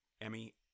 Emmy